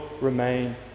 remain